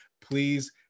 please